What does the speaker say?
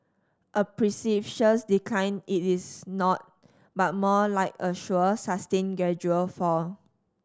a precipitous decline it is not but more like a sure sustained gradual fall